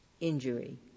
injury